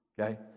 Okay